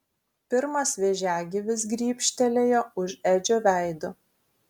pirmas vėžiagyvis grybštelėjo už edžio veido